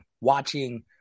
watching